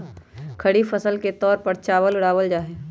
खरीफ फसल के तौर पर चावल उड़ावल जाहई